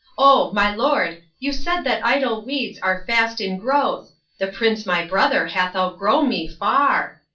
o, my lord, you said that idle weeds are fast in growth the prince my brother hath outgrown me far.